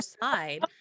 side